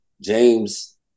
James